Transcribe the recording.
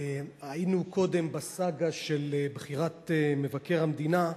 היינו קודם בסאגה של בחירת מבקר המדינה,